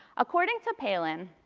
according to palin,